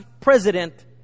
president